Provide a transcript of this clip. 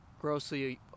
grossly